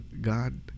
God